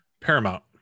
Paramount